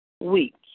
week